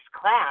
class